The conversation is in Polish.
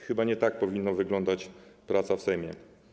Chyba nie tak powinna wyglądać praca w Sejmie.